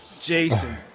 Jason